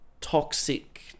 toxic